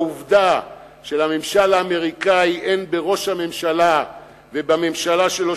העובדה שלממשל האמריקני אין שום אמון בראש הממשלה ובממשלה שלו,